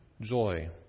joy